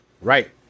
Right